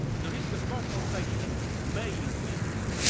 the risk of confrontation may increase.